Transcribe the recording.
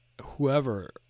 whoever